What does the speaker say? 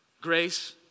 Grace